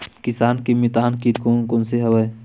किसान के मितान कीट कोन कोन से हवय?